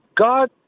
God